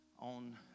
on